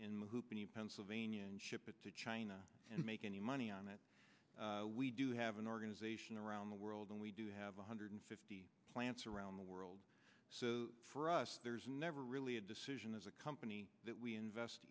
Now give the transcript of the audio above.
in pennsylvania and ship it to china and make any money on it we do have an organization around the world and we do have one hundred fifty plants around the world so for us there's never really a decision as a company that we invest